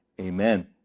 Amen